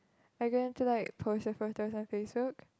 are you going to like post your photos on Facebook